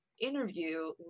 interview